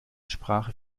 sprache